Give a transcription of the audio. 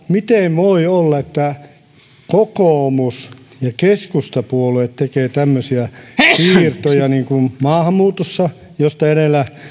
miten voi olla että kokoomus ja keskustapuolue tekevät tämmöisiä siirtoja niin kuin maahanmuutossa josta edellä